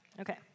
Okay